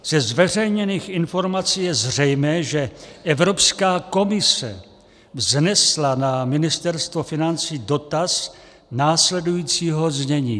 Ze zveřejněných informací je zřejmé, že Evropská komise vznesla na Ministerstvo financí dotaz následujícího znění.